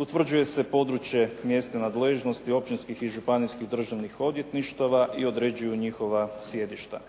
Utvrđuje se područje mjesta nadležnosti općinskih i županijskih državnih odvjetništava i određuju njihova sjedišta.